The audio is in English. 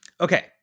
okay